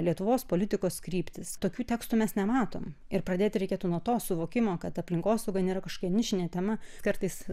lietuvos politikos kryptis tokių tekstų mes nematom ir pradėti reikėtų nuo to suvokimo kad aplinkosauga nėra kažkokia nišinė tema kartais